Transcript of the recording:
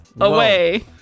away